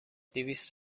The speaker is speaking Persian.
دویست